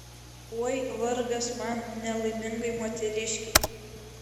oi vargas man nelaimingai moteriškei